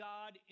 God